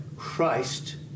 Christ